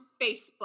Facebook